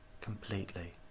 completely